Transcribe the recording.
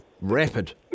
Rapid